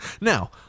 Now